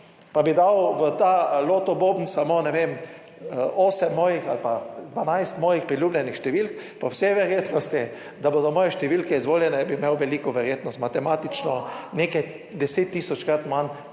pa bi dal v ta loto boben samo, ne vem, osem mojih ali pa 12 mojih priljubljenih številk. Po vsej verjetnosti, da bodo moje številke izvoljene, bi imel veliko verjetnost, matematično nekaj deset tisočkrat manj